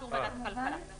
באישור ועדת הכלכלה.